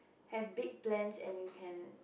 have big plans and you can